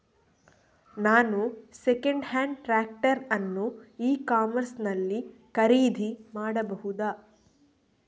ನಾನು second hand tractor ಅನ್ನು e commerce ನಲ್ಲಿ ಖರೀದಿ ಮಾಡಬಹುದಾ?